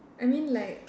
I mean like